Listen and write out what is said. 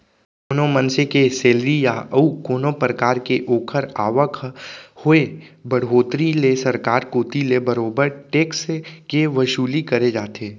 कोनो मनसे के सेलरी या अउ कोनो परकार के ओखर आवक म होय बड़होत्तरी ले सरकार कोती ले बरोबर टेक्स के वसूली करे जाथे